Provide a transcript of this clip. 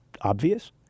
obvious